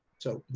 so no,